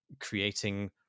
creating